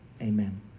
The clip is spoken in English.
Amen